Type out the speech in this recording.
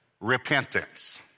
repentance